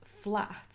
flat